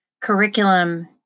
curriculum